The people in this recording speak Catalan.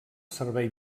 servei